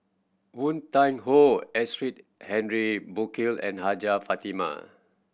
Woon Tai Ho Henry Burkill and Hajjah Fatimah